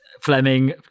Fleming